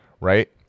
right